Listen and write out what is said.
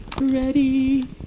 ready